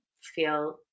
feel